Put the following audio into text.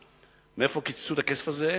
איפה קיצצו את הכסף הזה?